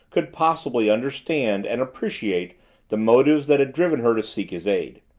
could possibly understand and appreciate the motives that had driven her to seek his aid.